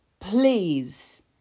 please